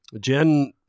Jen